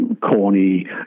corny